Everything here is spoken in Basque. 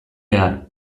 behar